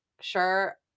sure